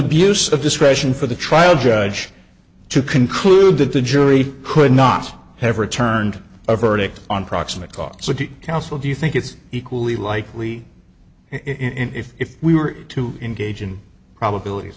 abuse of discretion for the trial judge to conclude that the jury could not have returned a verdict on proximate cause so to counsel do you think it's equally likely if we were to engage in probabilities